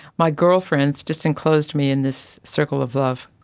my girlfriends just enclosed me in this circle of love,